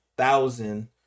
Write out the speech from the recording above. Thousand